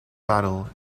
battle